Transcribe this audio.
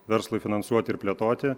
verslui finansuoti ir plėtoti